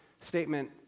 statement